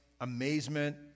amazement